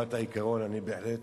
ברמת העיקרון אני בהחלט